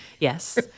Yes